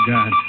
God